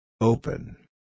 Open